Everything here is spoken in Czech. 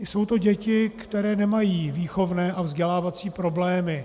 Jsou to děti, které nemají výchovné a vzdělávací problémy.